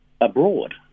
abroad